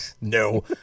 no